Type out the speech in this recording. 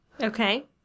Okay